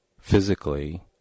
physically